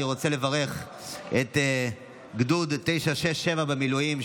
אני רוצה לברך את גדוד 967 במילואים,